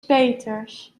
peeters